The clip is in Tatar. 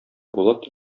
булат